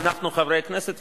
בכנסת הזאת,